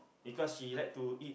because she like to eat